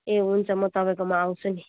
ए हुन्छ म तपाईँकोमा आउँछु नि